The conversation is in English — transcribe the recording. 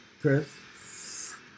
Chris